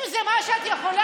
אם זה מה שאת יכולה,